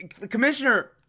Commissioner